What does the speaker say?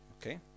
Okay